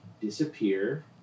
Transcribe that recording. disappear